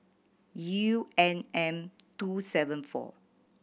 U N M two seven four